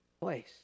place